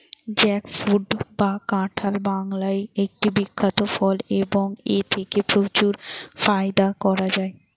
jackfruit বা কাঁঠাল বাংলার একটি বিখ্যাত ফল এবং এথেকে প্রচুর ফায়দা করা য়ায়